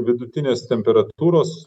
vidutinės temperatūros